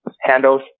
handles